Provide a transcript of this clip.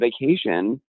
vacation